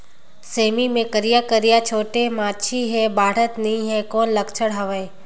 सेमी मे करिया करिया छोटे माछी हे बाढ़त नहीं हे कौन लक्षण हवय?